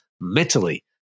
mentally